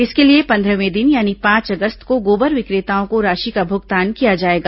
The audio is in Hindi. इसके लिए पन्द्रहवें दिन यानी पांच अगस्त को गोबर विक्रेताओं को राशि का भुगतान किया जाएगा